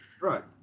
right